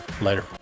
Later